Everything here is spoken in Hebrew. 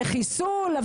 לחיסול,